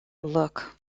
look